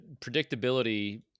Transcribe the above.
Predictability